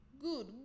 Good